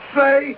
say